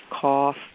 cough